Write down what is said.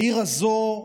העיר הזאת,